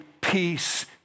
peace